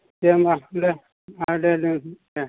दे होमबा दे औ दे दे